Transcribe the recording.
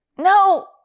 No